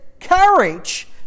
courage